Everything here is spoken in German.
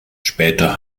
später